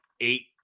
eight